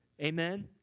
Amen